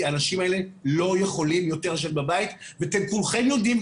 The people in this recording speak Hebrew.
האנשים האלה לא יכולים יותר לשבת בבית ואתם כולכם יודעים,